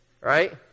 Right